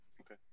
Okay